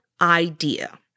idea